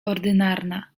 ordynarna